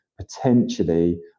potentially